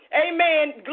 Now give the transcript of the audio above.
Amen